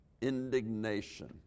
indignation